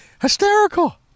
Hysterical